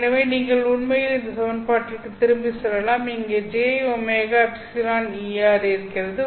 எனவே நீங்கள் உண்மையில் இந்த சமன்பாட்டிற்கு திரும்பிச் செல்லலாம் இங்கே jωεEr இருக்கிறது